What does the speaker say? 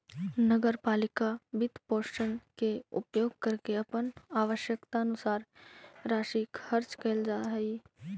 नगर पालिका वित्तपोषण के उपयोग करके अपन आवश्यकतानुसार राशि खर्च कैल जा हई